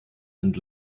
sind